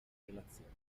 relazione